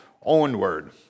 onward